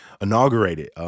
inaugurated